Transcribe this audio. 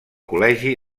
col·legi